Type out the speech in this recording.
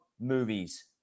movies